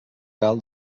cal